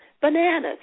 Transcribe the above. Bananas